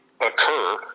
occur